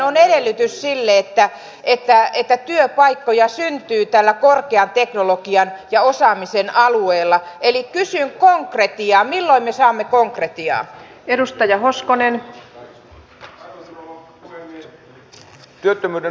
on paljon iäkkäitä ihmisiä jotka tulevat tarvitsemaan toimeentulotukea koska leikkauksia tehdään mutta suurin osa varmaan on heistä sellaisia jotka eivät sitä halua eivätkä osaa hakea